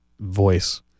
voice